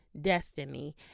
destiny